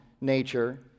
nature